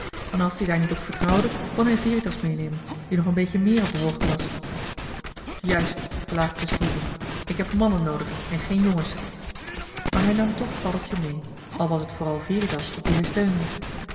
en als die daar niet op vertrouwde kon hij veritas meenemen die nog een beetje meer op de hoogte was juist plaagde de stuurman ik heb mannen noodig en geen jongens maar hij nam toch paddeltje mee al was het vooral